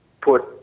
put